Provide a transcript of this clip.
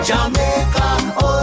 Jamaica